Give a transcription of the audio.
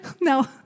No